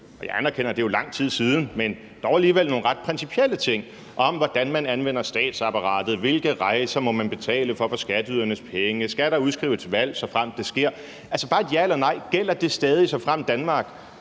Jeg anerkender, at det jo er lang tid siden, men det var dog alligevel nogle ret principielle ting om, hvordan man anvender statsapparatet, hvilke rejser man må betale for skatteydernes penge, og om der skal udskrives valg, såfremt det sker. Gælder det stadig – bare et ja eller nej – såfremt Danmark